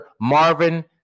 marvin